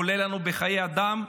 עולה לנו בחיי אדם,